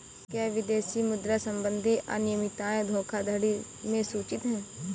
क्या विदेशी मुद्रा संबंधी अनियमितताएं धोखाधड़ी में सूचित हैं?